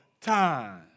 time